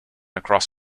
across